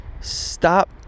stop